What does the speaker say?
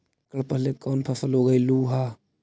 एकड़ पहले कौन फसल उगएलू हा?